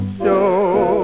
show